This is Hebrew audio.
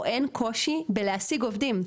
או אין קושי בלהשיג עובדים,